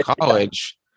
college